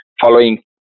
following